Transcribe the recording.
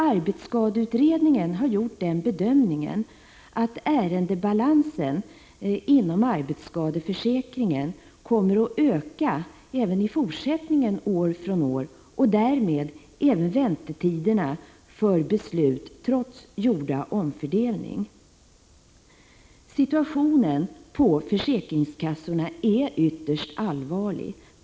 Arbetsskadeutredningen har gjort den bedömningen att ärendebalansen inom arbetsskadeförsäkringen även i fortsättningen kommer att öka år från år, och därmed även väntetiderna för beslut, trots gjorda omfördelningar. Situationen på försäkringskassorna är ytterst allvarlig.